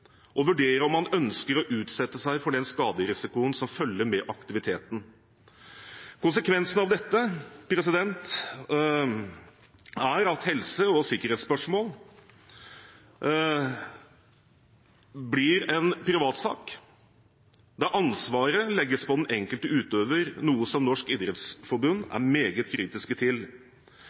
å vurdere om han eller hun ønsker å utsette seg for den skaderisikoen som følger med aktiviteten. Konsekvensen av dette er at helse- og sikkerhetsspørsmål blir en privatsak, der ansvaret legges på den enkelte utøver, noe Norges idrettsforbund er meget kritiske til.